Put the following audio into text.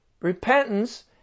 repentance